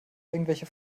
irgendwelche